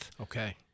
Okay